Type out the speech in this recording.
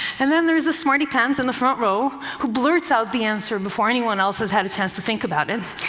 and then there's the smarty pants in the front row who blurts out the answer before anyone else has had a chance to think about it,